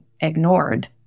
ignored